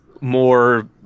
more